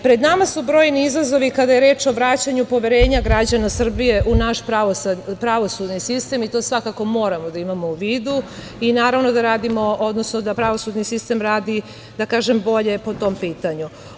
Pred nama su brojni izazovi kada je reč o vraćanju poverenja građana Srbije u naš pravosudni sistem i to svakako moramo da imamo u vidu i naravno da pravosudni sistem radi bolje po tom pitanju.